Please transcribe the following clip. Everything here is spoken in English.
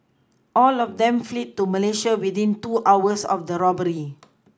all of them fled to Malaysia within two hours of the robbery